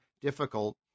difficult